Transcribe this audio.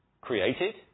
created